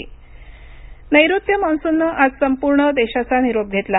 Manson नैऋत्य मॉन्सूननं आज संपूर्ण देशाचा निरोप घेतला